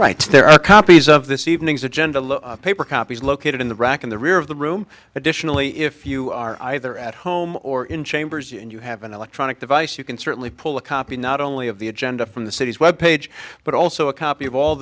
right there are copies of this evening's agenda paper copies located in the rack in the rear of the room additionally if you are either at home or in chambers and you have an electronic device you can certainly pull a copy not only of the agenda from the city's web page but also a copy of all